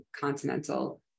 continental